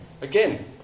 Again